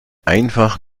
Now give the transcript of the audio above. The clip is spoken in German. einfach